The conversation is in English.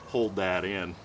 hold that in